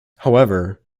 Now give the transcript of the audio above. however